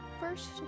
first